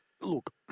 Look